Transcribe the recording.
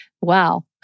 wow